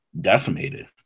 decimated